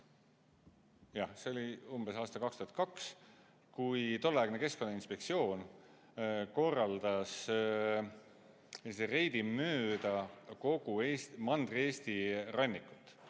Jah, see oli umbes aastal 2002, kui tolleaegne keskkonnainspektsioon korraldas reidi mööda kogu Mandri-Eesti rannikut.